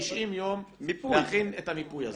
90 יום להכין את המיפוי הזה.